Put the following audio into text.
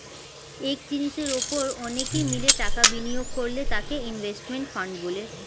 এক জিনিসের উপর অনেকে মিলে টাকা বিনিয়োগ করলে তাকে ইনভেস্টমেন্ট ফান্ড বলে